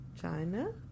china